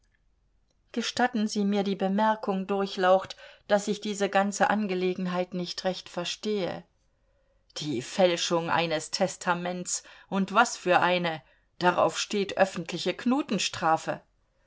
gestatten sie mir die bemerkung durchlaucht daß ich diese ganze angelegenheit nicht recht verstehe die fälschung eines testaments und was für eine darauf steht öffentliche